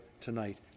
tonight